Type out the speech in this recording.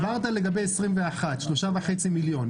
הסברת לגבי 2021, 3.5 מיליון.